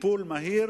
טיפול מהיר